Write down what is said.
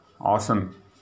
awesome